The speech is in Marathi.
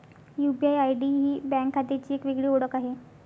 यू.पी.आय.आय.डी ही बँक खात्याची एक वेगळी ओळख आहे